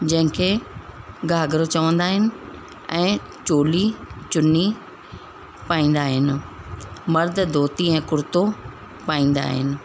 जंहिंखे घाघरो चवंदा आहिनि ऐं चौली चुन्नी पाईंदा आहिनि मर्द धोती ऐं कुर्तो पाईंदा आहिनि